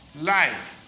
life